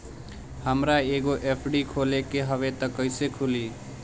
हमरा एगो एफ.डी खोले के हवे त कैसे खुली?